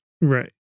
Right